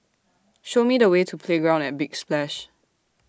Show Me The Way to Playground At Big Splash